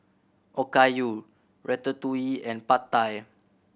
Okayu Ratatouille and Pad Thai